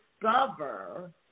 discover